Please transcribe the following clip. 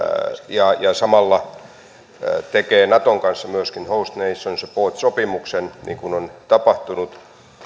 ja ja samalla tekee naton kanssa myöskin host nation support sopimuksen niin kuin on tapahtunut